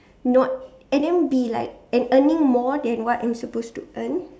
not and then be like and earning more than what I'm supposed to earn